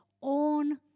on